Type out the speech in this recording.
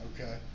Okay